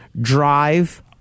drive